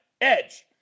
EDGE